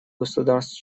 государств